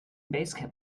basecap